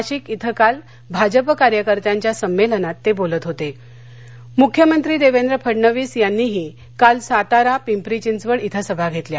नाशिक इथं काल भाजप कार्यकर्त्यांच्या संमल्मात तब्रिलत होत मुख्यमंत्री दक्के फडणवीस यांनीही काल सातारा पिंपरी चिंचवड्डथं सभा घक्किया